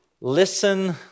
Listen